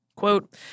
Quote